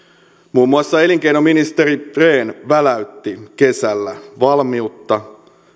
muun muassa elinkeinoministeri rehn väläytti kesällä valmiutta